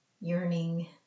yearning